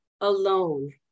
alone